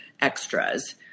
extras